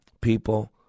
people